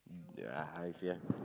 ya I see ah